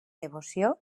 devoció